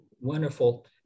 Wonderful